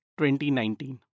2019